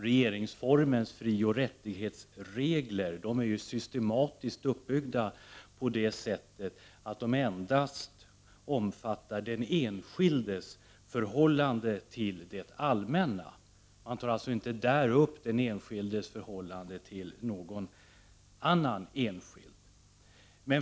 Regeringsformens frioch rättighetsregler är systematiskt uppbyggda på det sättet att de endast omfattar den enskildes förhållande till det allmänna, dvs. inte den enskildes förhållande till någon annan enskild.